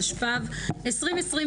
התשפ"ב-2021,